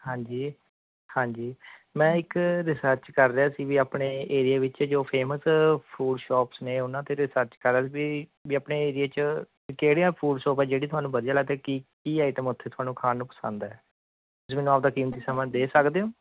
ਹਾਂਜੀ ਹਾਂਜੀ ਮੈਂ ਇੱਕ ਰਿਸਰਚ ਕਰ ਰਿਹਾ ਸੀ ਵੀ ਆਪਣੇ ਏਰੀਏ ਵਿੱਚ ਜੋ ਫੇਮਸ ਫੂਡ ਸ਼ੋਪਸ ਨੇ ਉਹਨਾਂ 'ਤੇ ਰਿਸਰਚ ਕਰ ਰਿਹਾ ਵੀ ਵੀ ਆਪਣੇ ਏਰੀਏ 'ਚ ਕਿਹੜੀਆਂ ਫੂਡ ਸ਼ੋਪ ਆ ਜਿਹੜੀ ਤੁਹਾਨੂੰ ਵਧੀਆ ਲੱਗਦਾ ਕੀ ਕੀ ਆਇਟਮ ਉੱਥੇ ਤੁਹਾਨੂੰ ਖਾਣ ਨੂੰ ਪਸੰਦ ਆ ਤੁਸੀਂ ਮੈਨੂੰ ਆਪਣਾ ਕੀਮਤੀ ਸਮਾਂ ਦੇ ਸਕਦੇ ਹੋ